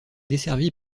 desservi